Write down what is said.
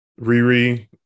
riri